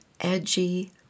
edgy